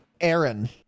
Aaron